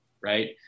Right